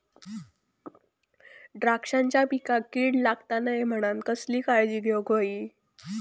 द्राक्षांच्या पिकांक कीड लागता नये म्हणान कसली काळजी घेऊक होई?